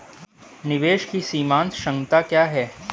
निवेश की सीमांत क्षमता क्या है?